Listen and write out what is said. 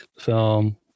film